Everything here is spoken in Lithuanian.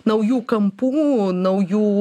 naujų kampų naujų